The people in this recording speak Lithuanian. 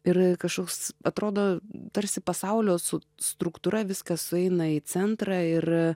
ir kažkoks atrodo tarsi pasaulio su struktūra viskas sueina į centrą ir